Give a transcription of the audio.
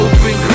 Open